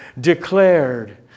declared